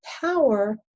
power